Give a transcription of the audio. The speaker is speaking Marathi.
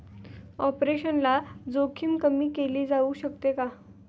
ऑपरेशनल जोखीम कमी केली जाऊ शकते का?